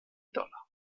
dollar